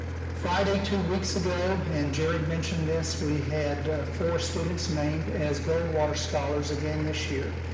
friday two weeks ago, and jared mentioned this, we had four students named as goldwater scholars again this year.